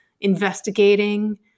investigating